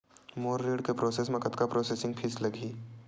मोर ऋण के प्रोसेस म कतका प्रोसेसिंग फीस लगही?